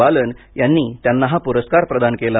बालन यांनी त्यांना हा पुरस्कार प्रदान केला